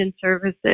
services